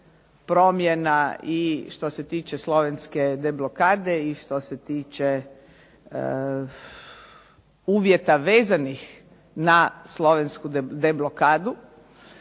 promjena i što se tiče slovenske deblokade i što se tiče uvjeta vezanih na slovensku deblokadu.